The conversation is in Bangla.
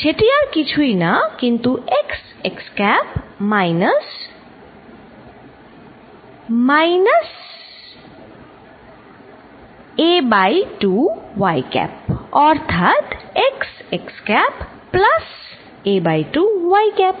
সেটি আর কিছুই না কিন্তু xx cap minus minus a by 2 y cap অর্থাৎxx cap plus a by 2 y cap